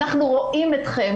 אנחנו רואים אתכם,